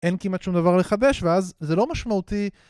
אין כמעט שום דבר לחדש, ואז זה לא משמעותי.